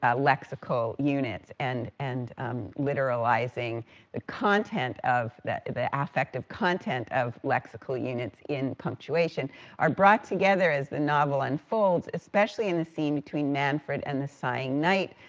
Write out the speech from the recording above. ah lexical units, and and literalizing the content of the, the affective content of lexical units in punctuation are brought together as the novel unfolds, especially in the scene between manfred and the sighing knight,